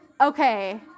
Okay